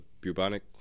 bubonic